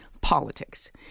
Politics